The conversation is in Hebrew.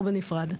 בנפרד.